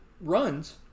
runs